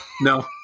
No